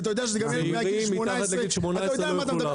אתה יודע שזה ילד מעל גיל 18 --- צעירים מתחת לגיל 18 לא יוכלו לעבור.